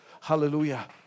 Hallelujah